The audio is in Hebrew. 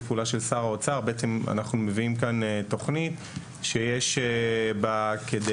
פעולה של שר האוצר אנחנו מביאים כאן תכנית שיש בה כדי